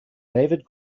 david